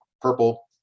purple